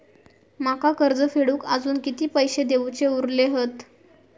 माका कर्ज फेडूक आजुन किती पैशे देऊचे उरले हत?